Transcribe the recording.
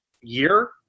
year